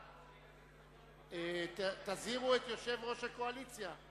אדוני, תזהירו את יושב-ראש הקואליציה.